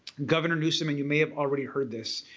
governor newsom and you may have already heard this,